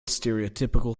stereotypical